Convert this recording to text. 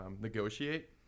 negotiate